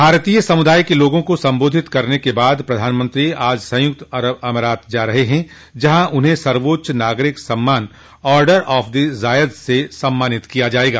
भारतीय समुदाय के लोगों को संबोधित करने के बाद प्रधानमंत्री आज संयुक्त अरब अमारात जा रहे हैं जहां उन्हें सर्वोच्च नागरिक सम्मान ऑर्डर ऑफ द जायद से सम्मानित किया जाएगा